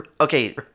okay